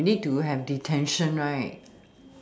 you need to have detention right